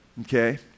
Okay